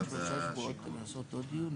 ממש עבודת פירוק.